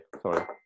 Sorry